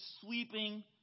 sweeping